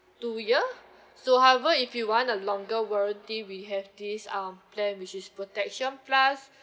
two year so however if you want a longer warranty we have this um plan which is protection plus